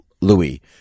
Louis